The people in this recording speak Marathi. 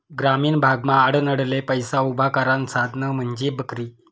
ग्रामीण भागमा आडनडले पैसा उभा करानं साधन म्हंजी बकरी